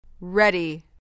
ready